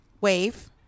wave